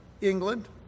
England